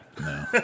No